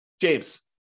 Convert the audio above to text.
James